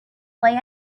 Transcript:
play